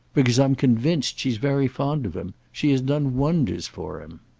because i'm convinced she's very fond of him. she has done wonders for him.